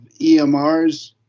EMRs